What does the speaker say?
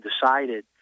decided